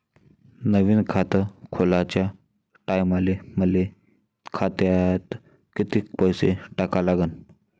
नवीन खात खोलाच्या टायमाले मले खात्यात कितीक पैसे टाका लागन?